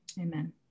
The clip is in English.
Amen